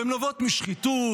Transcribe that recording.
והן נובעות משחיתות,